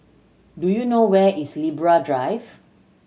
do you know where is Libra Drive